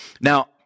Now